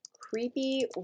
Creepy